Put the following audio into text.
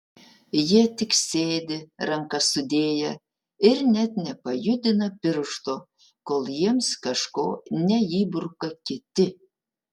jie tik sėdi rankas sudėję ir net nepajudina piršto kol jiems kažko neįbruka kiti